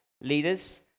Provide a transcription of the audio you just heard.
leaders